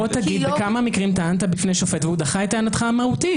תגיד בכמה מקרים טענת בפני שופט והוא דחה את טענת המהותית.